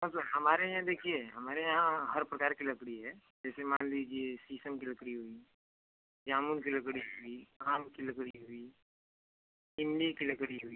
हाँ सर हमारे यहाँ देखिए हमारे यहाँ हर प्रकार की लकड़ी है जैसे मान लीजिए शीशम की लकड़ी हुई जामुन की लकड़ी हुई आम की लकड़ी हुई इमली की लकड़ी हुई